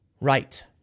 right